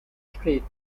streets